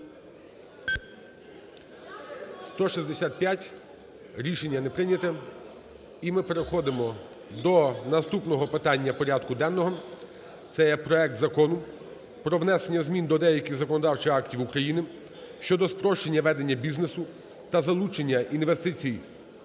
За-165 Рішення не прийнято. І ми переходимо до наступного питання порядку денного, це є проект Закону про внесення змін до деяких законодавчих актів України (щодо спрощення ведення бізнесу та залучення інвестицій